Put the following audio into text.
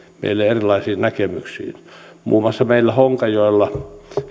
meille erilaisiin näkemyksiin meillä on muun muassa honkajoella